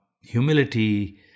humility